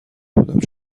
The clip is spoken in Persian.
بودم